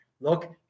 Look